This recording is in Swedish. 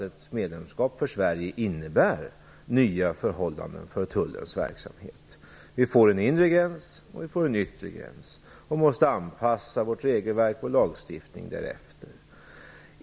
Ett medlemskap för Sverige innebär nya förhållanden för tullens verksamhet. Vi får en inre gräns och en yttre gräns, och vi måste anpassa vårt regelverk och vår lagstiftning därefter.